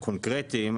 יותר קונקרטיים.